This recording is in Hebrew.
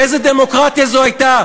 איזו דמוקרטיה זו הייתה?